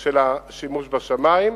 של השימוש בשמים.